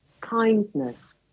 kindness